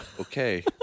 Okay